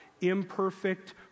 imperfect